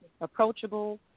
approachable